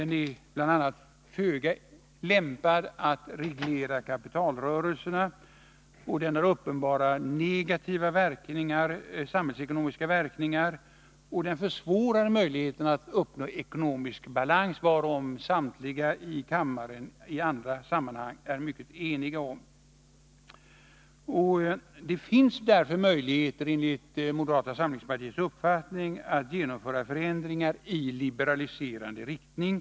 a. är den föga lämpad att reglera kapitalrörelserna, den har uppenbart negativa samhällsekonomiska verkningar och försvårar möjligheterna att uppnå ekonomisk balans, något som samtliga partier i denna kammare i andra sammanhang är ense om bör uppnås. Enligt moderata samlingspartiets uppfattning finns det möjligheter att åstadkomma förändringar i liberaliserande riktning.